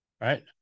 right